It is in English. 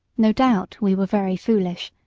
no doubt we were very foolish,